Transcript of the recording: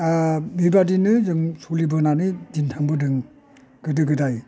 बिबादिनो जों सोलिबोनानै दिन थांबोदों गोदो गोदाय